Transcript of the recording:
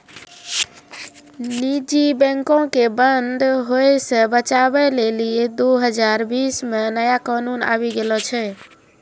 निजी बैंको के बंद होय से बचाबै लेली दु हजार बीस मे नया कानून आबि गेलो छै